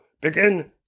begin